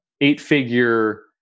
eight-figure